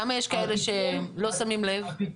כמה יש כאלה שלא שמים לב?